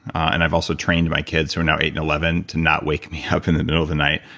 and i've also trained my kids, who are now eight and eleven, to not wake me up in the middle of the night.